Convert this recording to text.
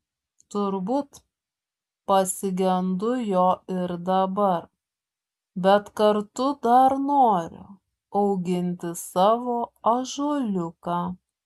turbūt pasigendu jo ir dabar bet kartu dar noriu auginti savo ąžuoliuką